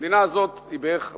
המדינה הזאת היא בערך בגילי,